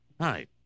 Hi